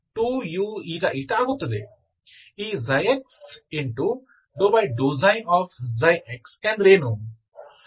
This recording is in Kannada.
ಈ ξxx ಎಂದರೇನು